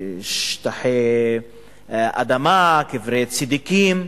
שטחי אדמה, קברי צדיקים.